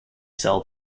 cell